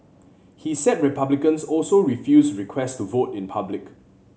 he said Republicans also refused request to vote in public